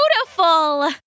beautiful